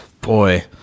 boy